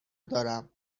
دارم